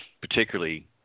particularly